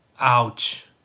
Ouch